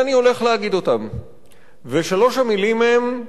ושלוש המלים הן: האזינו לראש השב"כ.